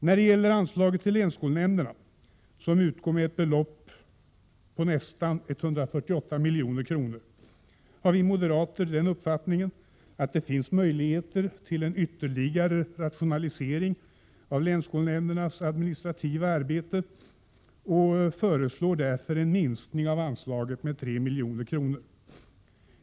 När det gäller anslaget till länsskolnämnderna, som utgår med ett belopp på nästan 148 milj.kr., har vi moderater uppfattningen att det finns möjligheter till en ytterligare rationalisering av länsskolnämndernas administrativa arbete och föreslår därför en minskning av anslaget med 3 milj.kr.